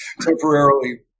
temporarily